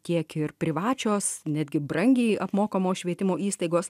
tiek ir privačios netgi brangiai apmokamos švietimo įstaigos